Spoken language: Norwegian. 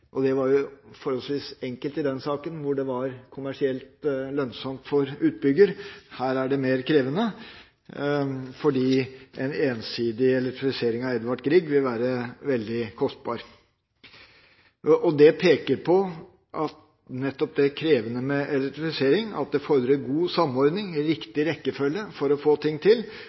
ombygginger. Det var forholdsvis enkelt i den saken, hvor det var kommersielt lønnsomt for utbygger. Her er det mer krevende, fordi en ensidig elektrifisering av Edvard Grieg-feltet vil være veldig kostbart. Det peker nettopp på det krevende med elektrifisering; at det fordrer god samordning i riktig rekkefølge for å få ting til.